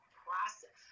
process